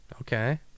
okay